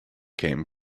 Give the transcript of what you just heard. came